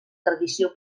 tradició